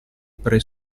pre